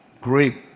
great